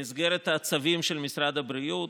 במסגרת הצווים של משרד הבריאות,